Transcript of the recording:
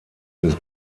des